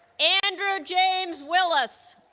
andrew james willis